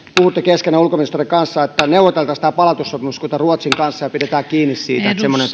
puhutte keskenänne ulkoministeriön kanssa neuvoteltaisiin tämä palautussopimus kuten ruotsin kanssa ja pidetään kiinni siitä että semmoinen